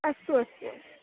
अस्तु अस्तु अस्तु